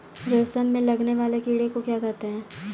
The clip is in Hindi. रेशम में लगने वाले कीड़े को क्या कहते हैं?